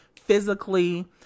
physically